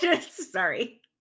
sorry